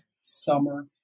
summer